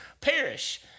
perish